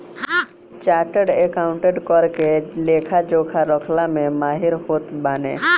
chartered accountant कर के लेखा जोखा रखला में माहिर होत बाने